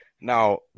now